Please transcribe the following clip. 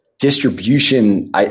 distribution